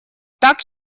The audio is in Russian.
так